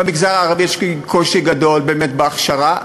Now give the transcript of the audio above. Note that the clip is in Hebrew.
במגזר הערבי יש קושי גדול באמת בהכשרה,